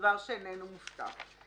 דבר שאיננו מובטח.